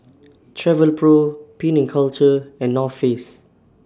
Travelpro Penang Culture and North Face